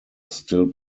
still